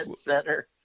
center